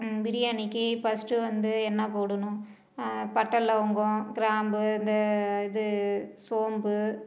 பிரியாணிக்கு ஃபஸ்ட்டு வந்து என்ன போடணும் பட்டை லவங்கம் கிராம்பு இந்த இது சோம்பு